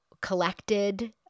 collected